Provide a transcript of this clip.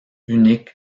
unique